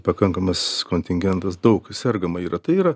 pakankamas kontingentas daug sergama yra tai yra